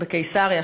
בקיסריה,